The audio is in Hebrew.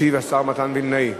ישיב השר מתן וילנאי.